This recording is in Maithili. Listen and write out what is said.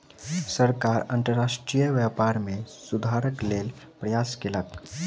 सरकार अंतर्राष्ट्रीय व्यापार में सुधारक लेल प्रयास कयलक